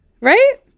right